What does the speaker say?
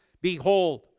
behold